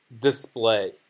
display